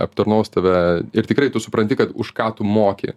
aptarnaus tave ir tikrai tu supranti kad už ką tu moki